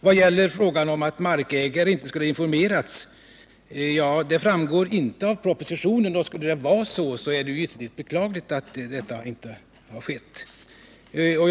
Beträffande frågan om att markägare inte skulle ha informerats, så framgår det inte av propositionen hur det förhåller sig, men skulle det vara så illa som det här sagts är det givetvis beklagligt.